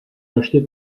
rachetée